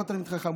לא תלמיד חכם,